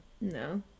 no